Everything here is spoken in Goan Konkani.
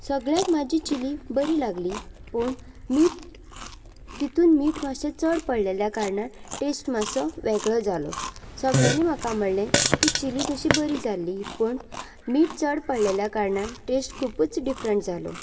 सगळ्यांक म्हजी चिली बरी लागली पूण मीठ तातूंत मीठ मातशें चड पडिल्ल्या कारणान टेस्ट मातसो वेगळो जालो सगळ्यांनी म्हाका म्हणलें की चिली तशी बरी जाली पूण मीठ चड पडिल्ल्या कारणान टेस्ट खुबूच डिफरंट जालो